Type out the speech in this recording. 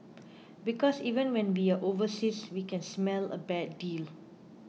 because even when we are overseas we can smell a bad deal